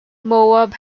moab